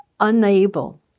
unable